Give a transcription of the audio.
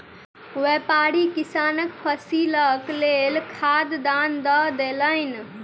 व्यापारी किसानक फसीलक लेल खाद दान दअ देलैन